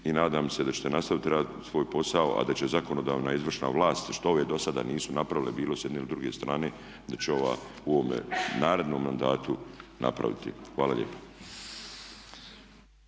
i nadam se da ćete nastaviti raditi svoj posao, a da će zakonodavna i izvršna vlast što ove dosada nisu napravile bilo s jedne ili druge strane da će ova u ovome narednom mandatu napraviti. Hvala lijepa.